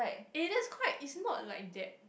eh that is quite it's not like that